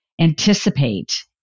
anticipate